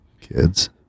kids